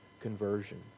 conversion